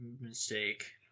mistake